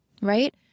Right